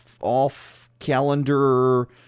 off-calendar